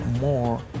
more